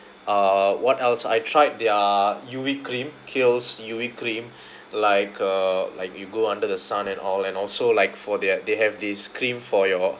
uh what else I tried their U_V cream Kiehl's U_V cream like uh like you go under the sun and all and also like for their they have this cream for your